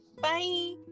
bye